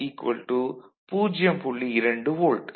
2 volt